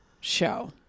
show